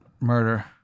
murder